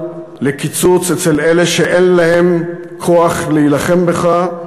לקיצוץ אצל אלה שאין להם כוח להילחם בך.